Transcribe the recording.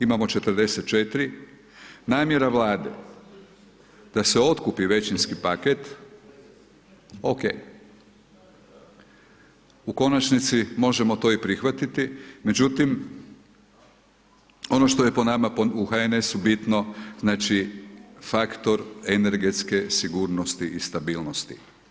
Imamo 44, namjera Vlade da se otkupi većinski paket, OK, u konačnici možemo to i prihvatiti međutim, ono što je po nama u HNS-u bitno znači faktor energetske sigurnosti i stabilnosti.